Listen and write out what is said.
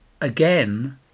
again